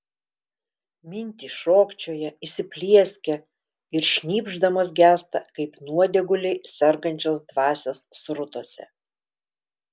mintys šokčioja įsiplieskia ir šnypšdamos gęsta kaip nuodėguliai sergančios dvasios srutose